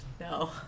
No